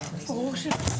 ברור שלא.